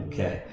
Okay